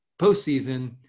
postseason